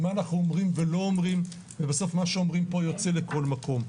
מה אנחנו אומרים ולא אומרים ובסוף מה שאנחנו אומרים פה יוצא לכל מקום.